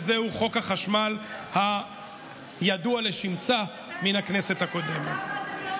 וזהו חוק החשמל הידוע לשמצה מן הכנסת הקודמת.